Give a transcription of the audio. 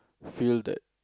feel that